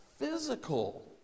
Physical